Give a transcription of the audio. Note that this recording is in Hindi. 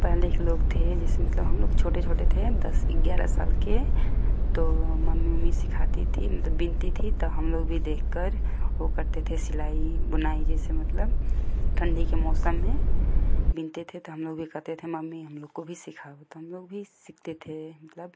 पहले के लोग थे जैसे मतलब हमलोग छोटे छोटे थे दस ग्यारह साल के तो मम्मी उम्मी सिखाती थी मतलब बुनती थी त हम लोग भी देख कर वो करते थे सिलाई बुनाई जैसे मतलब ठंडी के मौसम में बुनते थे तो हम लोग भी कहते थे मम्मी हम लोग को भी सिखाओ तो हम लोग भी सीखते थे मतलब